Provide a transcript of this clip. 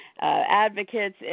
advocates